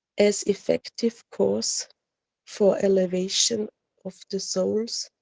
as effective cause for elevation of the souls,